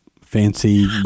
fancy